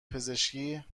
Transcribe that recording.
پزشکی